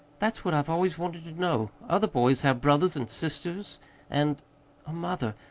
that's what i've always wanted to know. other boys have brothers and sisters and a mother.